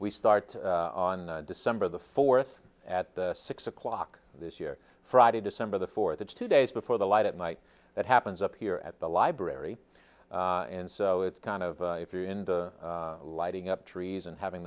we start on december the fourth at six o'clock this year friday december the for the two days before the light at night that happens up here at the library and so it's kind of if you're in the lighting up trees and having